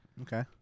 Okay